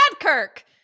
Kirk